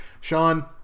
Sean